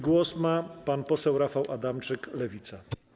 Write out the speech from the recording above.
Głos ma pan poseł Rafał Adamczyk, Lewica.